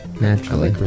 Naturally